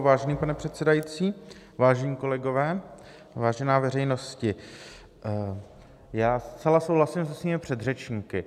Vážený pane předsedající, vážení kolegové, vážená veřejnosti, já zcela souhlasím se svými předřečníky.